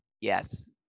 Yes